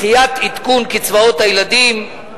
דחיית עדכון קצבאות הילדים,